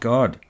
God